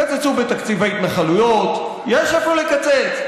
קצצו בתקציב ההתנחלויות, יש איפה לקצץ.